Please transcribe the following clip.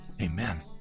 Amen